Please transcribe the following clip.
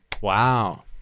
Wow